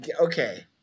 okay